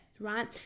right